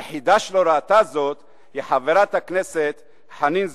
היחידה שלא ראתה זאת היא חברת הכנסת חנין זועבי.